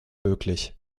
möglich